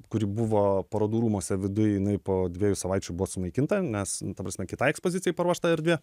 kuri buvo parodų rūmuose viduj jinai po dviejų savaičių buvo sunaikinta nes nu ta prasme kitai ekspozicijai paruošta erdvė